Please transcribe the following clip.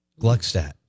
Gluckstadt